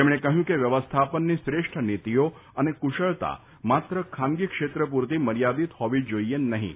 તેમણે કહ્યું કે વ્યવસ્થાપનની શ્રેષ્ઠ નીતીઓ અને કુશળતા માત્ર ખાનગી ક્ષેત્ર પૂરતી મર્યાદિત હોવી જોઇએ નહીં